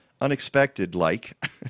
unexpected-like